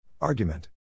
Argument